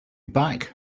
back